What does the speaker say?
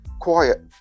quiet